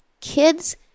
kids